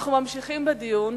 אנחנו ממשיכים בדיון.